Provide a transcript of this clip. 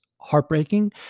heartbreaking